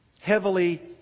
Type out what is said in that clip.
Heavily